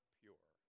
pure